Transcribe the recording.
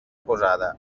posada